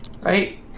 Right